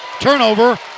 Turnover